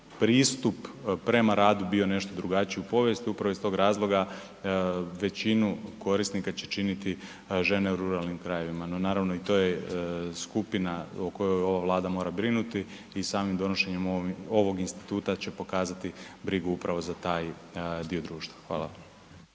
pristup prema radu bio nešto drugačiji u povijesti. Upravo iz tog razloga većinu korisnika će činiti žene u ruralnim krajevima, no naravno i to je skupina o kojoj ova Vlada mora brinuti i samim donošenjem ovog instituta će pokazati brigu upravo za taj dio društva. Hvala.